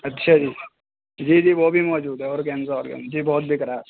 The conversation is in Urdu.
اچھا جی جی جی وہ بھی موجود ہے اورگنجا بہت بک رہا ہے آج کل